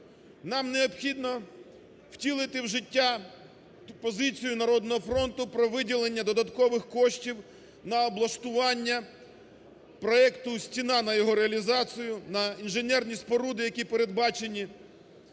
Нам необхідно втілити в життя позицію "Народного фронту" про виділення додаткових коштів на облаштування проекту "Стіна", на його реалізацію, на інженерні споруди, які передбачені